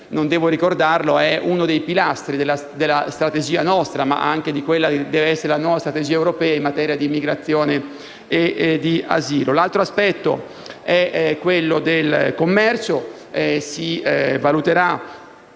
non devo ricordarlo - è uno dei pilastri della strategia nostra ma anche di quella che dovrebbe essere la nuova strategia europea in materia di immigrazione e di asilo. L'altro aspetto è quello relativo al commercio. Si valuterà